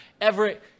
Everett